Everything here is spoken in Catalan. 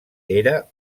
era